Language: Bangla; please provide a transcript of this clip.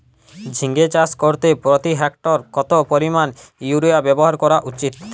ঝিঙে চাষ করতে প্রতি হেক্টরে কত পরিমান ইউরিয়া ব্যবহার করা উচিৎ?